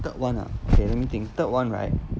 third one ah okay let me think third one right